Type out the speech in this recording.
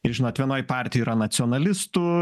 ir žinot vienoj partijoj yra nacionalistų